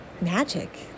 magic